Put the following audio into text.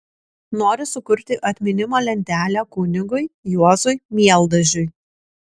nori sukurti atminimo lentelę kunigui juozui mieldažiui